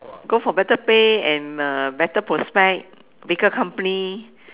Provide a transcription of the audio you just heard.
go for better pay and uh better prospect bigger company